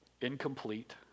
incomplete